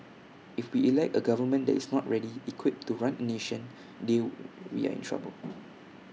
if we elect A government that is not ready equipped to run A nation new we are in trouble